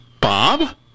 Bob